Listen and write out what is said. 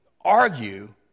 argue